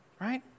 right